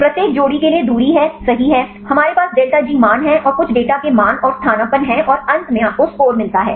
प्रत्येक जोड़े के लिए दूरी सही है हमारे पास डेल्टा G मान हैं और कुछ डेटा के मान और स्थानापन्न हैं और अंत में आपको स्कोर मिलता है